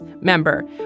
member